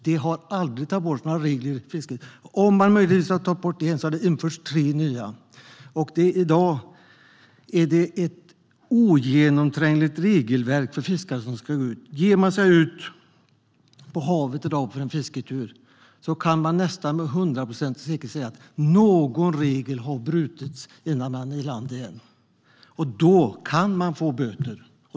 Det har aldrig tagits bort några regler i fisket. Om man möjligtvis har tagit bort en har det införts tre nya. I dag är det ett ogenomträngligt regelverk för fiskare som ska ut. Ger de sig i dag ut på havet för en fisketur kan man nästan med hundraprocentig säkerhet säga att någon regel har brutits innan de är i land igen. Då kan de få böter.